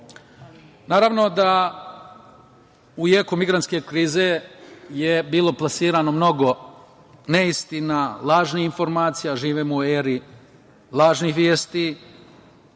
čoveku. Naravno da u jeku migrantske krize je bilo plasirano mnogo neistina, lažnih informacija. Živimo u eri lažnih vesti,